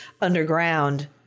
underground